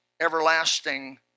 everlasting